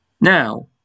now